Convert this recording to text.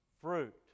fruit